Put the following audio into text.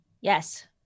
Yes